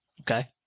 Okay